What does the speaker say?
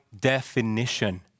definition